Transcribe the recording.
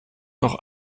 noch